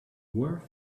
worth